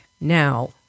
now